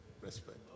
Respect